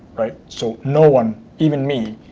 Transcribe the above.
so no one, even me,